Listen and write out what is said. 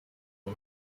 ubu